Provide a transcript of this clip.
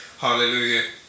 Hallelujah